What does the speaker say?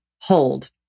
hold